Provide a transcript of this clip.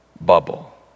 bubble